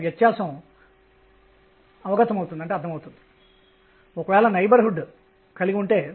ϕ ̇ ఇది ఒక స్థిరాంకం